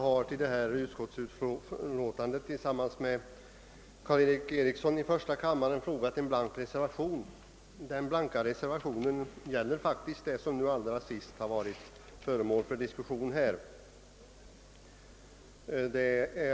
Herr talman! Tillsammans med herr Karl-Erik Eriksson i första kammaren har jag till detta utskottsutlåtande fogat en blank reservation, som faktiskt gäller det som nu senast varit föremål för diskussion i kammaren.